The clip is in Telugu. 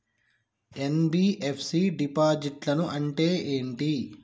ఎన్.బి.ఎఫ్.సి డిపాజిట్లను అంటే ఏంటి?